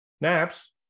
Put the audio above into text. NAPS